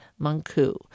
Manku